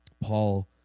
Paul